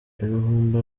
ibihumbi